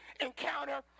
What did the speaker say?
encounter